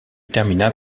termina